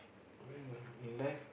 whatever in life